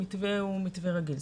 המתווה הוא מתווה רגיל.